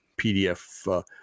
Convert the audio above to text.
PDF